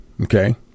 okay